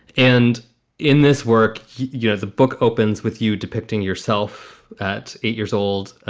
and in this work, you have the book opens with you depicting yourself at eight years old.